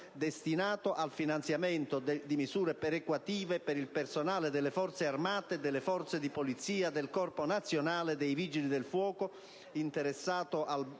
destinato al finanziamento di misure perequative per il personale delle Forze armate, delle Forze di polizia e del Corpo nazionale dei vigili del fuoco interessato dal